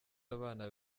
abana